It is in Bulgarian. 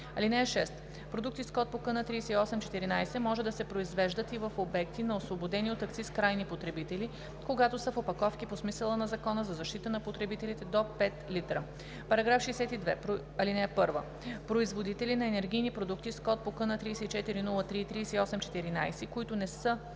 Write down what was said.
ал. 6: „(6) Продукти с код по КН 3814 може да се произвеждат и в обекти на освободени от акциз крайни потребители, когато са в опаковки по смисъла на Закона за защита на потребителите до 5 литра.“ § 62. (1) Производители на енергийни продукти с код по КН 3403 и 3814, които не са